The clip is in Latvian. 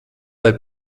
lai